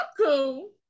cool